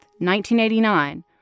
1989